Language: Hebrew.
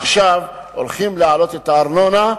עכשיו הולכים להעלות את הארנונה,